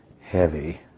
heavy